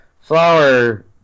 flower